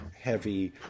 heavy